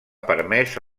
permès